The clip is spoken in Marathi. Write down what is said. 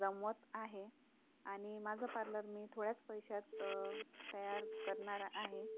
जमवत आहे आणि माझं पार्लर मी थोड्याच पैशात तयार करणार आहे